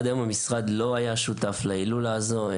עד היום המשרד לא היה שותף להילולה הזו.